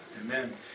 amen